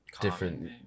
different